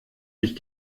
sich